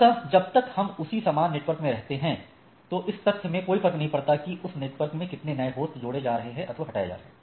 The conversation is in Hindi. अतः जब तक हम उसी समान नेटवर्क में रहते हैं तो इस तथ्य से कोई फर्क नहीं पड़ता है की उस नेटवर्क में कितने नये होस्ट जोड़े जा रहे हैं अथवा हटाए जा रहे हैं